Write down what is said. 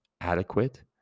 adequate